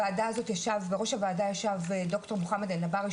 בראש הוועדה ישב ד"ר מוחמד אלנבארי,